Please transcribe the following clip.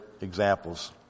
examples